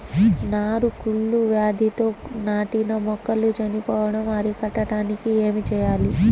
నారు కుళ్ళు వ్యాధితో నాటిన మొక్కలు చనిపోవడం అరికట్టడానికి ఏమి చేయాలి?